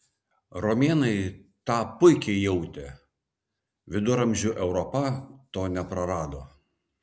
romėnai tą puikiai jautė viduramžių europa to neprarado